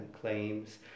claims